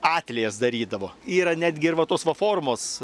atliejas darydavo yra netgi ir va tos va formos